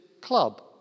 club